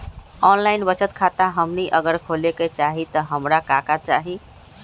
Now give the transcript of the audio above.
Online बचत खाता हमनी अगर खोले के चाहि त हमरा का का चाहि?